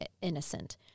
innocent